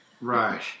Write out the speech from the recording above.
Right